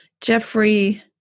Jeffrey